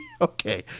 Okay